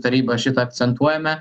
taryba šitą akcentuojame